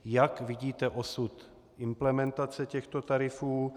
Jak vidíte osud implementace těchto tarifů?